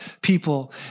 people